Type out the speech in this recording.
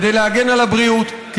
כדי להגן על הבריאות,